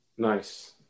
Nice